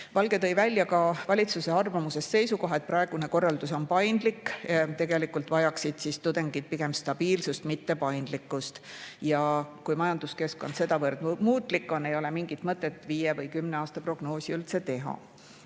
Valge tõi välja ka valitsuse arvamuses sisalduva seisukoha, et praegune korraldus on paindlik. Tegelikult vajaksid tudengid pigem stabiilsust, mitte paindlikkust. Ja kui majanduskeskkond sedavõrd muutlik on, ei ole mingit mõtet viie või kümne aasta prognoosi üldse teha.